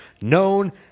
known